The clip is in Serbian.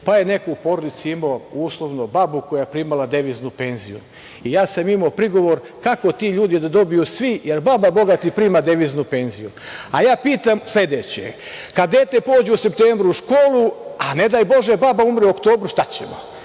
pa je neko u porodici imao uslovno babu koja je primala deviznu penziju i ja sam imao prigovor kako ti ljudi da dobiju svi, jer baba, bogati, prima deviznu penziju, a ja pitam sledeće – kada dete pođe u septembru u školu, a ne daj bože baba umre u oktobru, šta ćemo? Prema